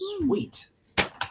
Sweet